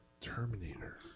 Terminator